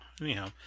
anyhow